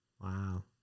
Wow